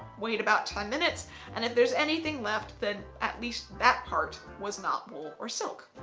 wait about ten minutes and if there's anything left then at least that part was not wool or silk.